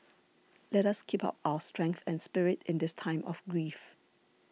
let us keep up our strength and spirit in this time of grief